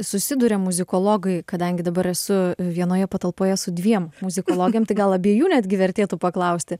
susiduria muzikologai kadangi dabar esu vienoje patalpoje su dviem muzikologėm tai gal abiejų netgi vertėtų paklausti